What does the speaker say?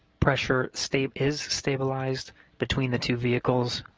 pressure state is stabilized between the two vehicles.